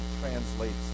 translates